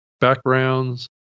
backgrounds